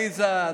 עליזה,